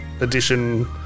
edition